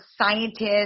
scientists